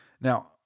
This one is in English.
Now